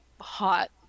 hot